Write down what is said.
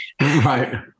Right